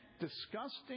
disgusting